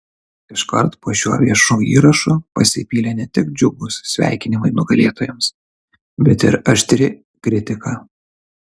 iškart po šiuo viešu įrašu pasipylė ne tik džiugūs sveikinimai nugalėtojams bet ir aštri kritika